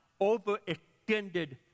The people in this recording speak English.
overextended